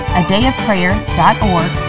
adayofprayer.org